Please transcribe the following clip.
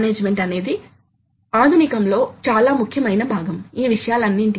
నిరంతర విధి కోసం చాలా తక్కువ స్థాయి లో టార్క్ ను సాధించవచ్చు